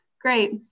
great